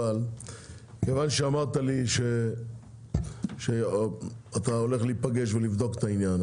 אבל מכיוון שאמרת לי שאתה הולך להיפגש ולבדוק את העניין,